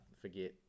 forget